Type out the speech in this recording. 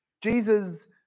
Jesus